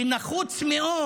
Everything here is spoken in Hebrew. נחוץ מאוד